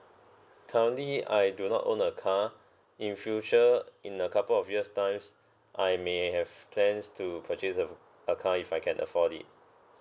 currently I do not own a car in future in a couple of years' times I may have plans to purchase a a car if I can afford it